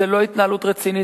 זה לא התנהלות רצינית,